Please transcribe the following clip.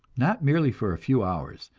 not merely for a few hours,